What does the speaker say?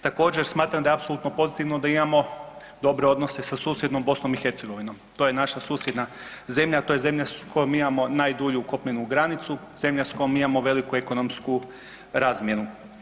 Također, smatram da je apsolutno pozitivno da imamo dobre odnose sa susjednom BiH, to je naša susjedna zemlja, to je zemlja s kojom mi imamo najdulju kopnenu granicu, zemlja s kojom mi imamo veliku ekonomsku razmjenu.